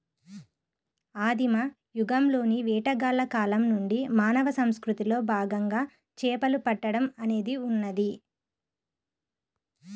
ఆదిమ యుగంలోని వేటగాళ్ల కాలం నుండి మానవ సంస్కృతిలో భాగంగా చేపలు పట్టడం అనేది ఉన్నది